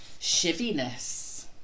Shiviness